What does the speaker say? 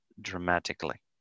dramatically